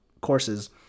courses